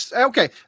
Okay